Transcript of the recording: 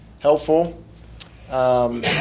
helpful